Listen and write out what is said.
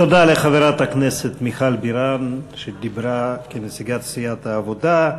תודה לחברת הכנסת מיכל בירן שדיברה כנציגת סיעת העבודה.